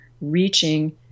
reaching